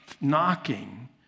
knocking